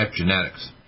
epigenetics